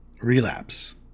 relapse